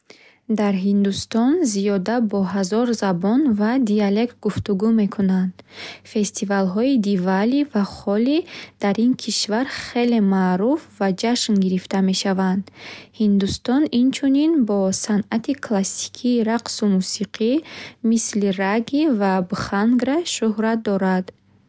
Дар Ҳиндустон зиёда ба ҳазор забон ва диалект гуфтугӯ мешавад. Фестивалҳои Дивали ва Холи дар ин кишвар хеле маъруф ва ҷашн гирифта мешаванд. Ҳиндустон инчунин бо санъати классикии рақсу мусиқӣ, мисли рагӣ ва бхангра, шӯҳрат дорад.